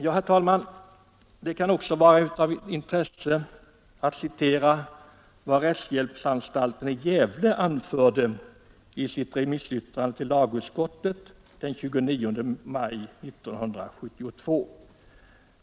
Herr talman! Det kan också vara av intresse att citera vad rättshjälpsanstalten i Gävle anförde i sitt remissyttrande till lagutskottet den 29 maj 1972.